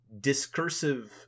discursive